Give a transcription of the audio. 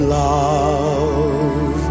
love